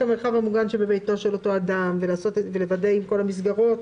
המרחב המוגן שבבית אותו אדם ולוודא עם כל המסגרות